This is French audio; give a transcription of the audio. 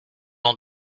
ont